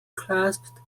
clasped